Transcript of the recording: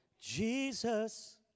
Jesus